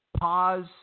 pause